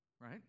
right